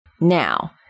Now